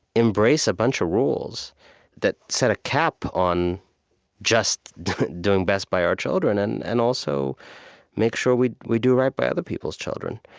embrace a bunch of rules that set a cap on just doing best by our children and and also makes sure we we do right by other people's children.